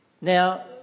Now